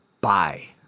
bye